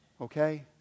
Okay